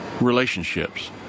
relationships